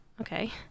Okay